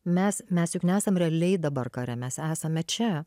mes mes juk nesam realiai dabar kare mes esame čia